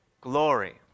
glory